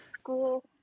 school